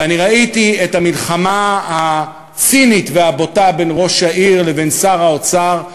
ואני ראיתי את המלחמה הצינית והבוטה בין ראש העיר לבין שר האוצר,